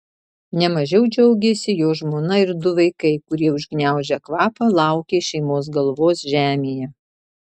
ne mažiau džiaugėsi jo žmona ir du vaikai kurie užgniaužę kvapą laukė šeimos galvos žemėje